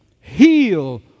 heal